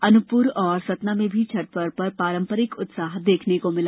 अनूपपुर और सतना में भी छठ पर्व पर पारम्परिक उत्साह देखने को मिला